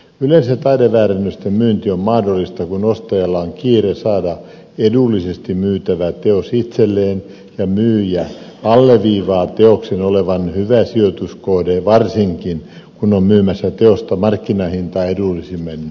yleensä taideväärennösten myynti on mahdollista kun ostajalla on kiire saada edullisesti myytävä teos itselleen ja myyjä alleviivaa teoksen olevan hyvä sijoituskohde varsinkin kun on myymässä teosta markkinahintaa edullisemmin